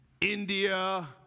India